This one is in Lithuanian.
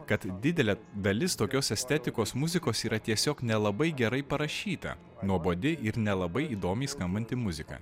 kad didelė dalis tokios estetikos muzikos yra tiesiog nelabai gerai parašyta nuobodi ir nelabai įdomiai skambanti muzika